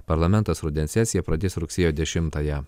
parlamentas rudens sesiją pradės rugsėjo dešimtąją